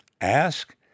ask